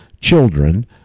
children